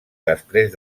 després